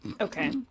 Okay